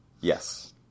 Yes